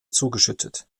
zugeschüttet